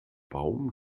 baum